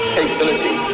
capability